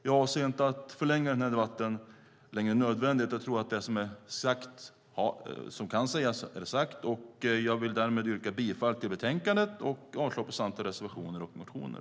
Jag avser inte att förlänga den här debatten. Jag tror att det som kan sägas är sagt. Därmed vill jag yrka bifall till utskottets förslag och avslag på samtliga reservationer.